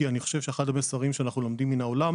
כי אני חושב שאחד המסרים שאנחנו לומדים מהעולם,